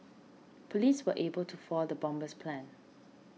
police were able to foil the bomber's plans